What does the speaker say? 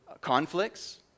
conflicts